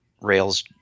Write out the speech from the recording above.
Rails